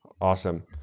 awesome